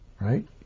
Right